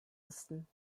osten